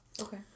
Okay